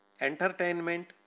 Entertainment